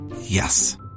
Yes